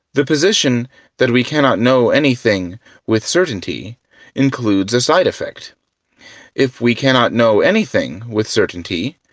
the position that we cannot know anything with certainty includes a side effect if we cannot know anything with certainty,